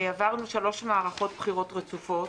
עברנו שלוש מערכות בחירות רצופות,